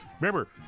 Remember